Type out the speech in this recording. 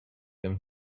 him